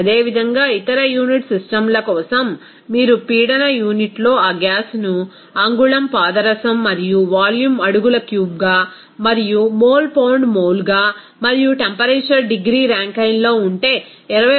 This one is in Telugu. అదేవిధంగా ఇతర యూనిట్ సిస్టమ్ల కోసం మీరు పీడన యూనిట్లో ఆ గ్యాస్ ను అంగుళం పాదరసం మరియు వాల్యూమ్ అడుగుల క్యూబ్గా మరియు మోల్ పౌండ్ మోల్గా మరియు టెంపరేచర్ డిగ్రీ ర్యాంకైన్లో ఉంటే 21